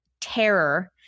terror